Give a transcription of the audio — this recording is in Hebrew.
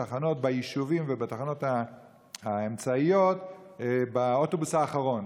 בתחנות ביישובים ובתחנות האמצעיות באוטובוס האחרון,